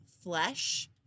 flesh